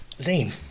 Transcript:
Zane